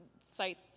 site